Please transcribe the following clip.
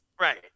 Right